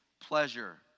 pleasure